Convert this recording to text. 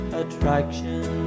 attraction